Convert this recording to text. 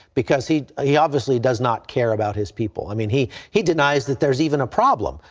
because he he obviously does not care about his people. i mean he he denies that there is even a problem.